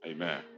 Amen